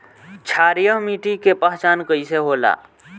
क्षारीय मिट्टी के पहचान कईसे होला?